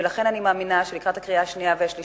ולכן אני מאמינה שלקראת הקריאה השנייה והשלישית,